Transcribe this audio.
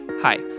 Hi